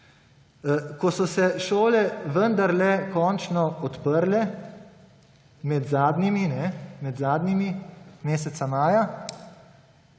Ko so se šole vendarle končno odprle, med zadnjimi, meseca maja